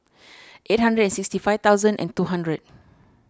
eight hundred and sixty five thousand and two hundred